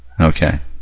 okay